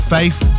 Faith